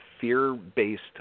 fear-based